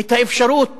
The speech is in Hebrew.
את האפשרות